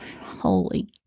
Holy